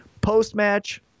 post-match